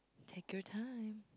take your time